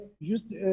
juste